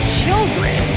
children